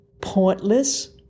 pointless